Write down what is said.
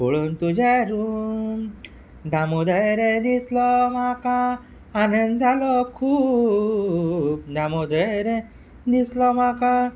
पळोवन तुजें रूप दामोदर दिसलो म्हाका आनद सांगलें खूब दामोदर दिसलो म्हाका